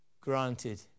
granted